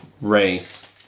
race